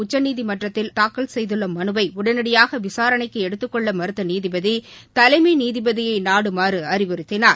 உச்சநீதிமன்றத்தில் தாக்கல் செய்துள்ள மனுவை உடனடியாக விசாரணைக்கு எடுத்துக் கொள்ள மறுத்த நீதிபதி தலைமை நீதிபதியை அணுகுமாறு அறிவுறுத்தினார்